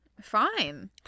fine